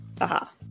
Aha